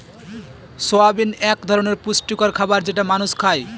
soybean এক ধরনের পুষ্টিকর খাবার যেটা মানুষ খায়